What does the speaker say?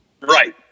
Right